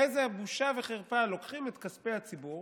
איזה בושה וחרפה, לוקחים את כספי הציבור